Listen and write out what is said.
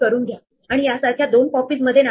म्हणून या केसमध्ये सोर्स नोड पासून टारगेट रिचेबल नाही